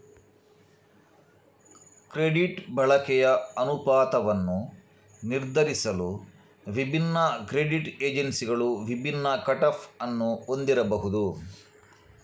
credit ಬಳಕೆಯ ಅನುಪಾತವನ್ನು ನಿರ್ಧರಿಸಲು ವಿಭಿನ್ನ ಕ್ರೆಡಿಟ್ ಏಜೆನ್ಸಿಗಳು ವಿಭಿನ್ನ ಕಟ್ ಆಫ್ ಅನ್ನು ಹೊಂದಿರಬಹುದು